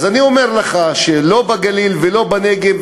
אני אומר לך שלא בגליל ולא בנגב,